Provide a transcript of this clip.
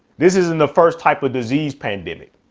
this isn't the first type of disease pandemic.